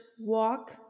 walk